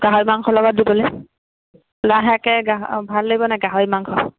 গাহৰি মাংসৰ লগত দিবলৈ লাইশাকে ভাল লাগিব নাই গাহৰি মাংস